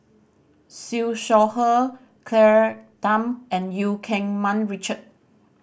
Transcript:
Siew Shaw Her Claire Tham and Eu Keng Mun Richard